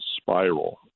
spiral